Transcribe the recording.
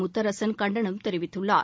முத்தரசன் கண்டனம் தெரிவித்துள்ளார்